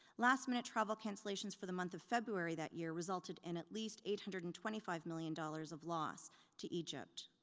last-minute travel cancellations for the month of february that year resulted in at least eight hundred and twenty five million dollars of loss to egypt.